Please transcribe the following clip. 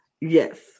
Yes